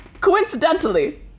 coincidentally